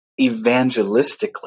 evangelistically